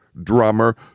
Drummer